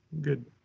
good